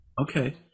Okay